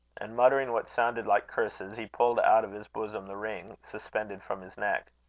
and muttering what sounded like curses, he pulled out of his bosom the ring, suspended from his neck